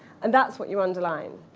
and that's what you underline.